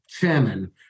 chairman